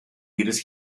jedes